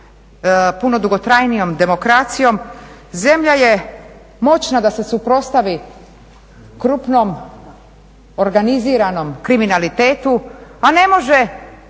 puno dugotrajnijom demokracijom zemlja je moćna da se suprotstavi krupnom organiziranom kriminalitetu, a ne može